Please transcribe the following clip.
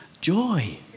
joy